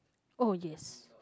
oh yes